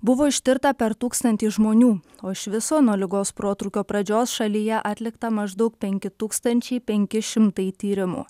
buvo ištirta per tūkstantį žmonių o iš viso nuo ligos protrūkio pradžios šalyje atlikta maždaug penki tūkstančiai penki šimtai tyrimų